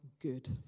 good